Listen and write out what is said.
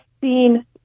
seen